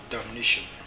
Damnation